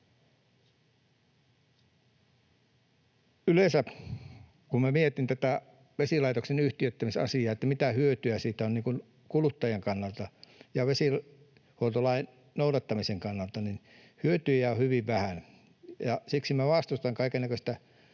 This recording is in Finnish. Kun minä mietin tätä vesilaitoksen yhtiöittämisasiaa yleensä, sitä, mitä hyötyjä siitä on kuluttajan kannalta ja vesihuoltolain noudattamisen kannalta, niin hyötyjä on hyvin vähän, ja siksi minä vastustan kaikennäköistä